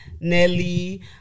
Nelly